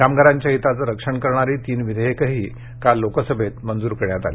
कामगारांच्या हिताचं रक्षण करणारी तीन विधेयकं काल लोकसभेत मंजूर करण्यात आली